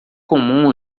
comum